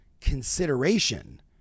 consideration